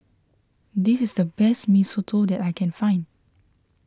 this is the best Mee Soto that I can find